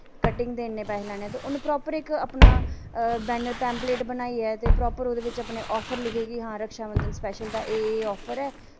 cutting दे इन्ने पैसे लैने ऐ ते उ'नें प्रापर इक अपना बैनर पैंपलेट बनाइयै ते ओह्दे पर अपने ऑफर लिखे कि हां रक्षां बंधन सपैशल दा एह् एह् ऑफर ऐ